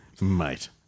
Mate